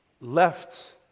left